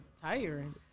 tiring